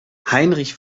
heinrich